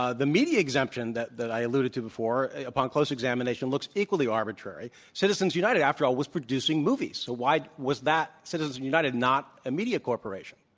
ah the media exemption that that i alluded to before, upon close examination, looks equally arbitrary. citizens united, after all, was producing movies. so why was that, citizens united, not a media corporation?